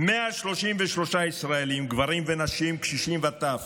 133 ישראלים, גברים ונשים, קשישים וטף,